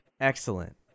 Excellent